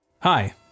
Hi